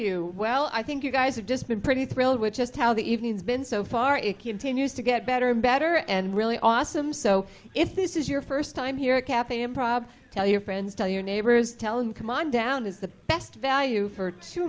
you well i think you guys have just been pretty thrilled with just how the evening has been so far it continues to get better and better and really awesome so if this is your first time here a cafe in prob tell your friends tell your neighbors tell you come on down is the best value for to